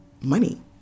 money